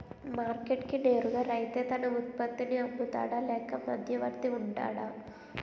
Market కి నేరుగా రైతే తన ఉత్పత్తి నీ అమ్ముతాడ లేక మధ్యవర్తి వుంటాడా?